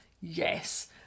yes